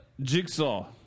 Jigsaw